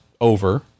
over